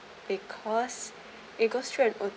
because it goes through and